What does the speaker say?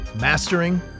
Mastering